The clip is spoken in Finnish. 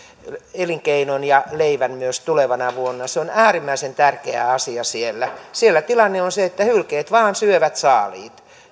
elinkeinon ja leivän myös tulevana vuonna se on äärimmäisen tärkeä asia siellä siellä tilanne on se että hylkeet vain syövät saaliit